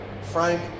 Frank